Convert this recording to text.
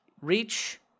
Reach